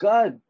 God